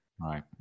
Right